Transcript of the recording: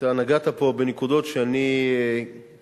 אתה נגעת פה בנקודות שאני תמיד,